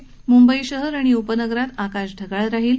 म्ंबई शहर आणि उपनगरात आकाश ढगाळ राहील